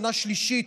שנה שלישית,